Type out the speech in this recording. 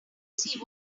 see